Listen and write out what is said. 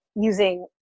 using